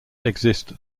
exist